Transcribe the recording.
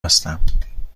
هستم